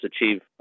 achieve